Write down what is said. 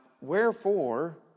wherefore